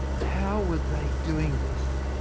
how were they doing this?